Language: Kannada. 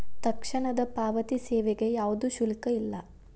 ತಕ್ಷಣದ ಪಾವತಿ ಸೇವೆಗೆ ಯಾವ್ದು ಶುಲ್ಕ ಇಲ್ಲ